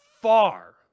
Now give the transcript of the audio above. far